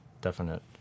definite